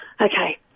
Okay